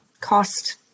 Cost